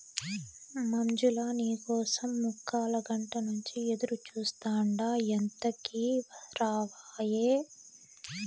మంజులా, నీ కోసం ముక్కాలగంట నుంచి ఎదురుచూస్తాండా ఎంతకీ రావాయే